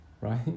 right